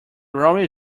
lorry